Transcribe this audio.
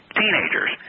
teenagers